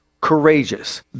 courageous